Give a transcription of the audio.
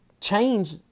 change